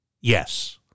Yes